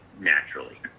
naturally